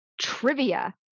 Trivia